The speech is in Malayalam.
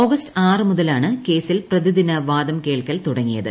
ആഗസ്റ്റ് ആറു മുതലാണ് കേസിൽ പ്രതിദിന വാദം കേൾക്കൽ തുടങ്ങിയത്